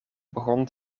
begon